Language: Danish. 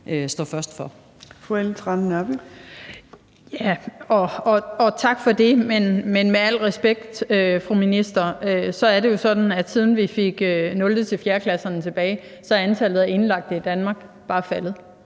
(V): Ja, og tak for det. Men med al respekt, fru minister, er det jo sådan, at siden vi fik 0.-4.-klasserne tilbage, er antallet af indlagte i Danmark bare faldet.